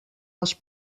els